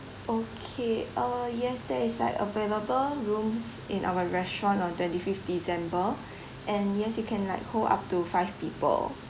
okay uh yes there is like available rooms in our restaurant on twenty fifth december and yes you can like hold up to five people